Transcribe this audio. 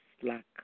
slack